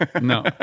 No